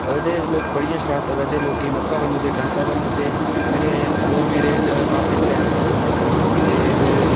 ते लोक बड़ियां शरारतां करदे ते लोकें दियां मक्कां भन्नू दे कनक भन्नू दे हे मेरे होर मेरे भापा दे त्रैऽ भ्राऽ न ते मेरे